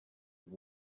have